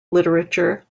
literature